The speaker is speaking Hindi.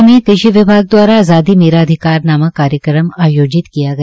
अम्बाला में कृषि विभाग द्वारा आजादी मेरा अधिकार नामक कार्यक्रम आयोजित किया गया